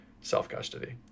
self-custody